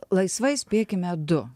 laisvai spėkime du